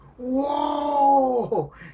whoa